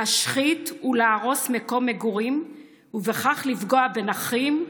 להשחית ולהרוס מקום מגורים ובכך לפגוע בנכים,